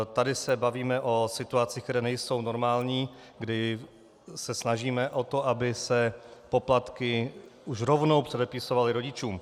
Tady se bavíme o situacích, které nejsou normální, kdy se snažíme o to, aby se poplatky už rovnou předepisovaly rodičům.